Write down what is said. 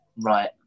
right